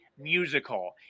musical